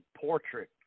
Portrait